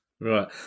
Right